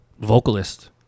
vocalist